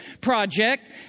project